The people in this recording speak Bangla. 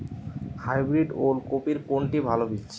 হাইব্রিড ওল কপির কোনটি ভালো বীজ?